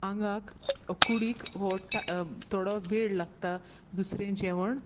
आंगाक कुडीक वो टा थोडो वेळ लागता दुसरें जेवण